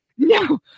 No